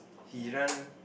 he run